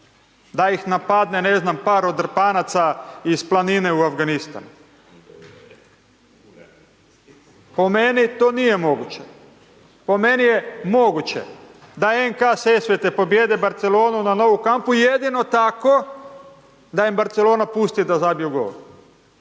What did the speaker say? da ih napadne ne znam par odrpanaca ih planine u Afganistanu. Po meni to nije moguće. Po meni je moguće da NK Sesvete pobijede Barcelonu na Nou Camp-u jedino tako da im Barcelona pusti da zabiju gol.